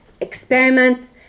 experiment